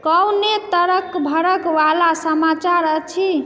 कोनो तरक भरक वाला समाचार अछि